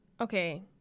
Okay